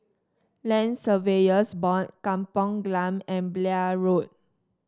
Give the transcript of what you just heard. Land Surveyors Board Kampong Glam and Blair Road